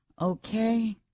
Okay